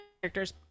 characters